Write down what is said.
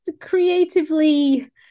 creatively